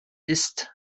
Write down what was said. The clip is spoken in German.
ist